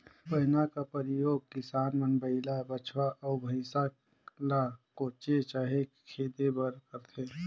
पैना का परियोग किसान मन बइला, बछवा, अउ भइसा ल कोचे चहे खेदे बर करथे